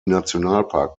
nationalpark